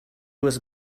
was